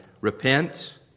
Repent